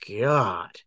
God